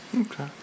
Okay